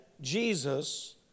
Jesus